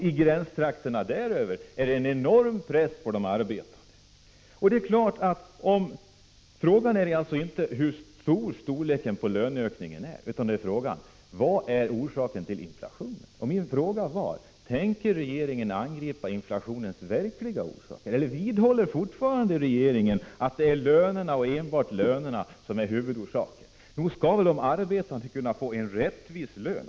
I gränstrakterna däröver är det en enorm press på de arbetande. Frågan är alltså inte hur stor löneökningen är, utan frågan är vad som är orsaken till inflationen. Min fråga var: Tänker regeringen angripa inflationens verkliga orsaker, eller vidhåller regeringen fortfarande att det är enbart lönerna som är huvudorsaken? Nog skall väl de arbetande kunna få en rättvis lön.